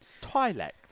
twilight